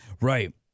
Right